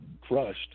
crushed